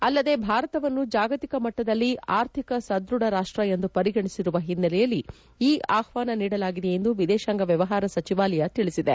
ಅಲ್ಲದೇ ಭಾರತವನ್ನು ಜಾಗತಿಕ ಮಟ್ಲದಲ್ಲಿ ಆರ್ಥಿಕ ಸದ್ಭಡ ರಾಷ್ಷ ಎಂದು ಪರಿಗಣಿಸಿರುವ ಹಿನ್ನೆಲೆಯಲ್ಲಿ ಈ ಆಹ್ಲಾನ ನೀಡಲಾಗಿದೆ ಎಂದು ವಿದೇಶಾಂಗ ವ್ಯವಹಾರ ಸಚಿವಾಲಯ ತಿಳಿಸಿದೆ